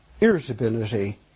irritability